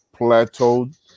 plateaued